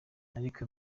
ariko